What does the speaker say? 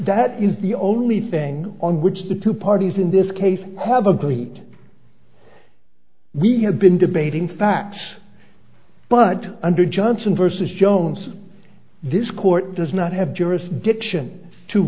that is the only thing on which the two parties in this case have agreed we have been debating facts but under johnson versus jones this court does not have jurisdiction to